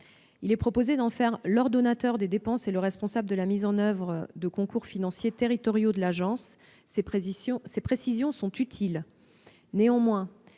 Il est proposé d'en faire l'ordonnateur des dépenses et le responsable de la mise en oeuvre de concours financiers territoriaux de l'agence. Ces précisions sont utiles.